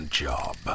job